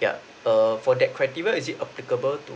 yeah err for that criteria is it applicable to